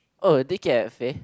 oh the cafe